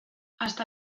hasta